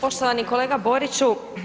Poštovani kolega Boriću.